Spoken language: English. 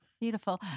Beautiful